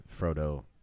Frodo